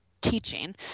teaching